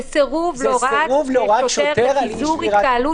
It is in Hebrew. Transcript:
זה סירוב להוראת שוטר על פיזור התקהלות,